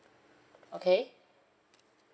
okay